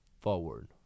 forward